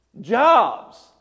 Jobs